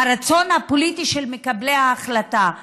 של מקבלי ההחלטה.